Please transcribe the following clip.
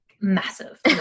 massive